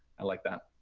i like that.